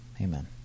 Amen